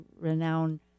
renowned